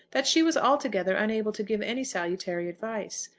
that she was altogether unable to give any salutary advice.